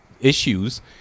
issues